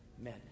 Amen